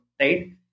right